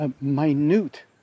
minute